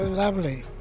Lovely